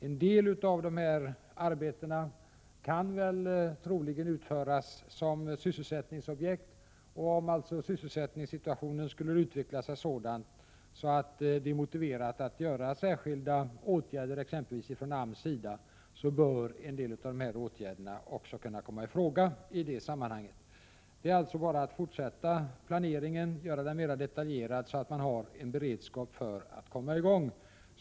En del av de aktuella arbetena kan troligen utföras som sysselsättningsobjekt. Om sysselsättningssituationen skulle utvecklas så att det är motiverat att vidta särskilda åtgärder exempelvis från AMS sida, bör också en del av de här åtgärderna kunna komma i fråga. Det är alltså bara att fortsätta planeringen och göra den mer detaljerad, så att det finns en beredskap för att komma i gång.